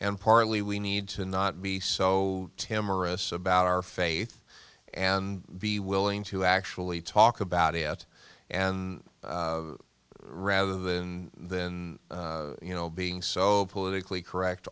and partly we need to not be so timorous about our faith and be willing to actually talk about it and rather than than you know being so politically correct